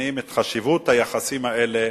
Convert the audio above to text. שמבינים את חשיבות היחסים האלה,